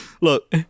Look